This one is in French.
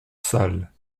sales